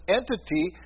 entity